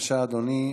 בבקשה, אדוני,